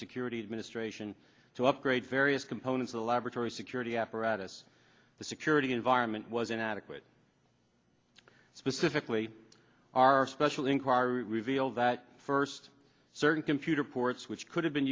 security administration to upgrade various components of the laboratory security apparatus the security environment was inadequate specifically our special inquiry revealed that first certain computer ports which could have been